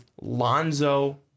Lonzo